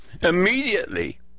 immediately